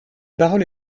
parole